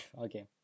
Okay